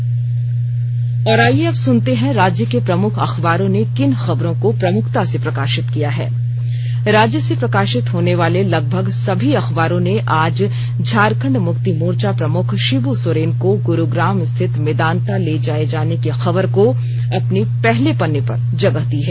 अखबारों की सुर्खियां और आईये अब सुनते हैं राज्य के प्रमुख अखबारों ने किन खबरों को प्रमुखता से प्रकाशित किया है राज्य से प्रकाशित होने वाले लगभग सभी अखबारों ने आज झारखंड मुक्ति मोर्चा प्रमुख शिबू सोरेन को ग्रुरुग्राम स्थित मेदांता ले जाने की खबर को अपने पहले पन्ने पर जगह दी है